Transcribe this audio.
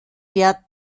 der